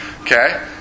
Okay